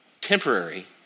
temporary